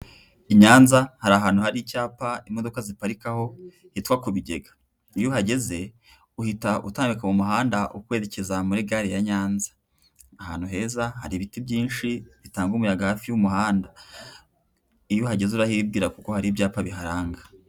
I Nyanza hari ahantu hari icyapa imodoka ziparikaho hitwa ku Bigega, iyo uhageze uhita utambika mu muhanda ukwerekeza muri gare ya Nyanza, ahantu heza hari ibiti byinshi bitanga umuyaga hafi y'umuhanda, iyo uhageze urahibwira kuko hari ibyapa biharanga.